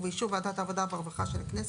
ובאישור ועדת העבודה והרווחה של הכנסת,